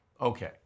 Okay